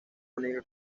única